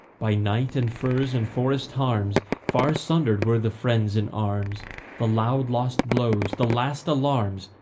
by night and furze and forest-harms far sundered were the friends in arms the loud lost blows, the last alarms,